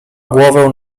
głowę